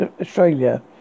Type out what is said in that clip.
Australia